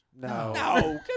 No